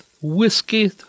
whiskey